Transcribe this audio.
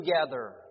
together